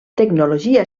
tecnologia